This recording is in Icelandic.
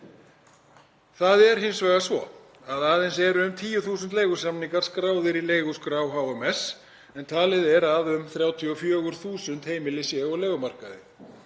Það er hins vegar svo að aðeins eru um 10.000 leigusamningar skráðir í leiguskrá HMS en talið er að um 34.000 heimili séu á leigumarkaði,